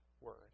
word